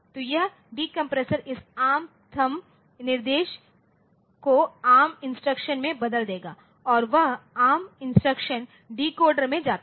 तो यह डीकंप्रेसर इस एआरएम थंब निर्देश कोएआरएम इंस्ट्रक्शन में बदल देगा और वह एआरएम इंस्ट्रक्शन डिकोडर में जाता है